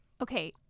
Okay